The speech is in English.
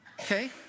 Okay